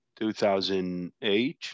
2008